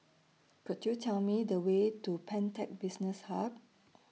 Could YOU Tell Me The Way to Pantech Business Hub